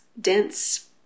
dense